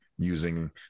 using